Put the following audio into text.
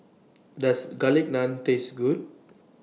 Does Garlic Naan Taste Good